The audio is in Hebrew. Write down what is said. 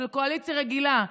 של קואליציה רגילה.